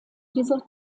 dieser